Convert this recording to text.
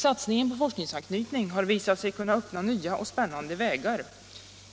Satsningen på forskningsanknytning har visat sig kunna öppna nya och spännande vägar.